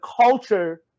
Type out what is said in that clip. culture